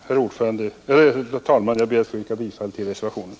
Herr talman! Jag ber att få yrka bifall till reservationen.